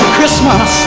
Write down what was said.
Christmas